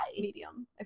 Medium